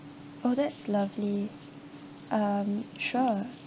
oh that's lovely um sure